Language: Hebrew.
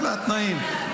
אלה התנאים.